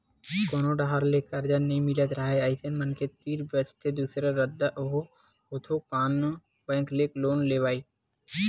कोनो डाहर ले करजा नइ मिलत राहय अइसन मनखे तीर बचथे दूसरा रद्दा ओहा होथे कोनो बेंक ले लोन के लेवई